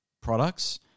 products